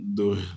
door